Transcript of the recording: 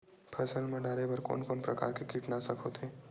फसल मा डारेबर कोन कौन प्रकार के कीटनाशक होथे?